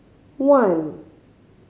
one